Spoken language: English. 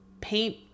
paint